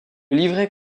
livret